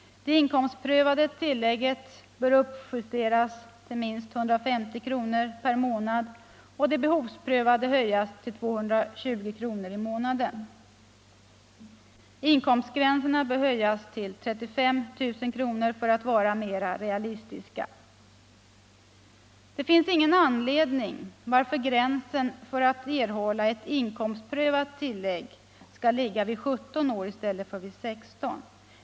Det inkomstprövade tillägget bör uppjusteras till minst 150 kr. per månad och det behovsprövade höjas till 220 kr. i månaden. Inkomstgränserna bör höjas till 35 000 kr. för att vara mera realistiska. Det finns ingen anledning till att gränsen för att erhålla ett inkomstprövat tillägg skall ligga vid 17 år i stället för vid 16 år.